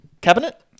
cabinet